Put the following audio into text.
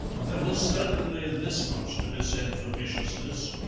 there is certainly this much to be said for viciousness,